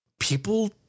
people